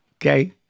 Okay